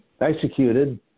executed